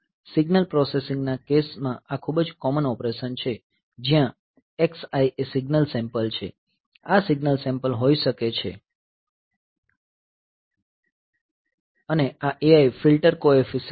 signal processing ના case માં આ ખૂબ જ કોમન ઓપરેશન છે જ્યાં આ xi એ સિગ્નલ સેમ્પલ છે આ સિગ્નલ સેમ્પલ હોઈ શકે છે અને આ ai ફિલ્ટર કોએફિસિયંટ છે